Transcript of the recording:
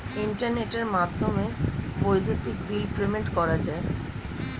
ইন্টারনেটের মাধ্যমে বৈদ্যুতিক বিল পেমেন্ট করা যায়